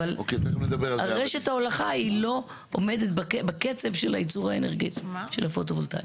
אבל רשת ההולכה לא עומדת בקצב של הייצור האנרגטי של הפוטו-וולטאי.